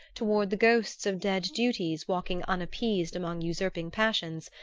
toward the ghosts of dead duties walking unappeased among usurping passions,